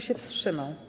się wstrzymał?